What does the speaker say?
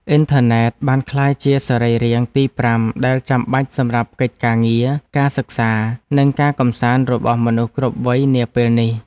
អ៊ីនធឺណិតបានក្លាយជាសរីរាង្គទីប្រាំដែលចាំបាច់សម្រាប់កិច្ចការងារ ការសិក្សា និងការកម្សាន្តរបស់មនុស្សគ្រប់វ័យនាពេលនេះ។